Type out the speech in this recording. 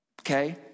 okay